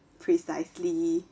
precisely